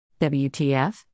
WTF